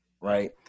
right